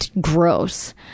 gross